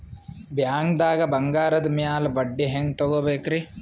ಬ್ಯಾಂಕ್ದಾಗ ಬಂಗಾರದ್ ಮ್ಯಾಲ್ ಬಡ್ಡಿ ಹೆಂಗ್ ತಗೋಬೇಕ್ರಿ?